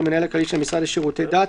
המנהל הכללי של המשרד לשירותי דת,